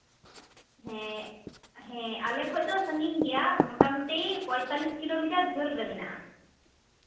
ᱦᱮᱸ ᱦᱮᱸ ᱟᱞᱮ ᱠᱷᱚᱡ ᱫᱚ ᱥᱟᱺᱜᱤᱧ ᱜᱮᱭᱟ ᱢᱳᱴᱟᱢᱩᱴᱤ ᱯᱚᱸᱭᱛᱟᱞᱞᱤᱥ ᱠᱤᱞᱳᱢᱤᱴᱟᱨ ᱡᱷᱟᱹᱞ ᱨᱮ ᱢᱮᱱᱟᱜᱼᱟ